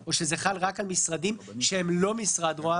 או שזה חל רק על משרדים שהם לא משרד רה"מ,